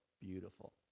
beautiful